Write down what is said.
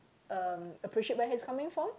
um appreciate where he is coming from